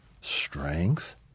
strength